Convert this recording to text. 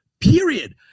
period